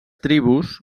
tribus